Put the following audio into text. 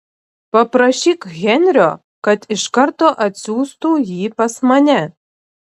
paprašyk henrio kad iš karto atsiųstų jį pas mane